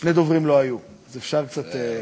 ושני דוברים לא היו, אפשר קצת,